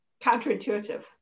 counterintuitive